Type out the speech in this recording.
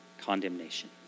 condemnation